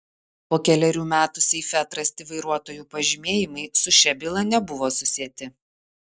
po kelerių metų seife atrasti vairuotojų pažymėjimai su šia byla nebuvo susieti